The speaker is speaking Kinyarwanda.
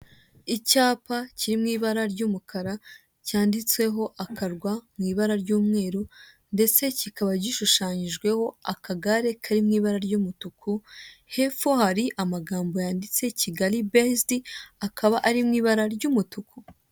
Icyapa kiri mu ibara ry'umukara cyanditseho akarwa mu ibara ry'umweru ndetse kikaba gishushanyijeho akagare kari umu ibara ry'umutuku , hepfo hari amagambo yanditse , kigali bezidi akaba ari mu ibara ry'umutuku.